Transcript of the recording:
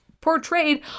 portrayed